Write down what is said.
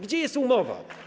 Gdzie jest umowa?